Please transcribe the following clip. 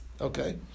okay